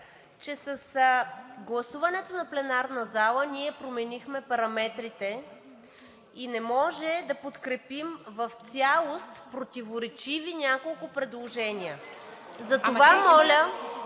че с гласуването в пленарната зала ние променихме параметрите и не може да подкрепим в цялост противоречиви няколко предложения. (Шум